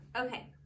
Okay